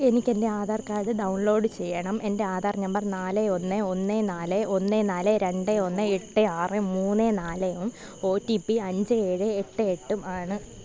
എനിക്ക് എൻ്റെ Aadhaar card download ചെയ്യണം എൻ്റെ ആധാർ നമ്പർ നാല് ഒന്ന് ഒന്ന് നാലേ ഒന്ന് നാല് രണ്ട് ഒന്ന് എട്ട് ആറ് മുന്ന് നാലേയും ഒ ടി പി അഞ്ച് ഏഴ് എട്ട് എട്ടും ആണ്